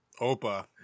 Opa